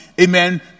Amen